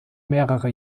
mehrere